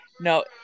no